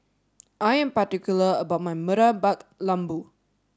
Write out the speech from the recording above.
I am particular about my Murtabak Lembu